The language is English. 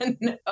No